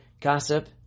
gossip